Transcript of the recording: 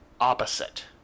opposite